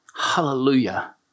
hallelujah